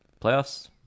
Playoffs